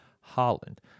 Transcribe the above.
Holland